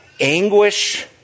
anguish